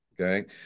Okay